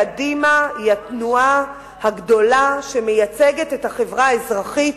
קדימה היא התנועה הגדולה שמייצגת את החברה האזרחית.